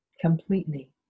completely